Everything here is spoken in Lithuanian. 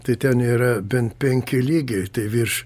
tai ten yra ben penki lygi tai virš